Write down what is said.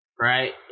Right